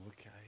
okay